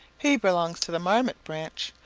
he belongs to the marmot branch,